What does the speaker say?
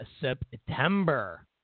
September